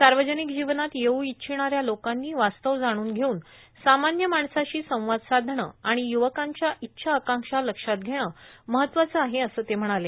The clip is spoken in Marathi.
सावर्जानक जीवनात येऊ इच्छिणाऱ्या लोकांनी वास्तव जाणून घेऊन सामान्य माणसाशी संवाद साधनं आर्गाण य्वकांच्या इच्छा आकांक्षा लक्षात घेणं महत्वाचे आहे असं ते म्हणाले